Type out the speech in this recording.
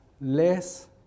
less